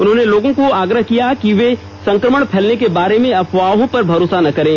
उन्होंने लोगों को आगाह किया कि वे संक्रमण फैलने के बारे में अफवाहों पर भरोसा न करें